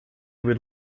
would